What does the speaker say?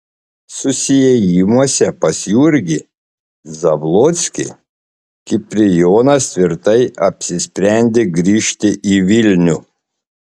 susiėjimuose pas jurgį zablockį kiprijonas tvirtai apsisprendė grįžti į vilnių